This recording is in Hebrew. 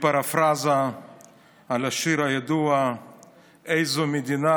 בפרפרזה על השיר הידוע "איזו מדינה,